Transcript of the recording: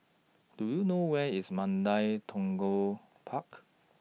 Do YOU know Where IS Mandai Tekong Park